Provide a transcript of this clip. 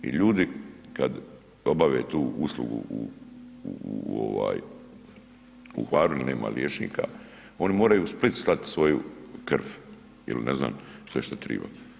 I ljudi kad obave tu uslugu u Hvaru nema liječnika oni moraju u Split slati svoju krv ili ne znam sve što treba.